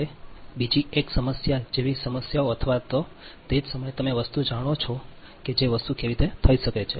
હવે બીજી એક એ છે સમસ્યા જેવી સમસ્યાઓ અથવા તે જ સમયે તમે વસ્તુ જાણો છો કે વસ્તુ કેવી રીતે થઈ શકે છે